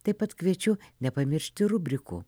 taip pat kviečiu nepamiršti rubrikų